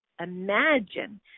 imagine